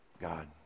God